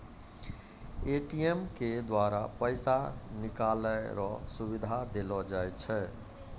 ATM के द्वारा पैसा निकालै रो सुविधा देलो जाय छै